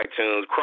iTunes